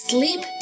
Sleep